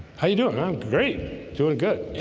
how you doing i'm great doing good,